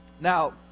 Now